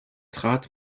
trat